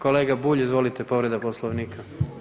Kolega Bulj izvolite povreda Poslovnika.